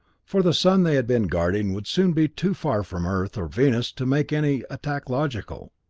for the sun they had been guarding would soon be too far from earth or venus to make any attack logical.